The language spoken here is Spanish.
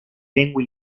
lengua